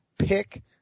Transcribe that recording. Pick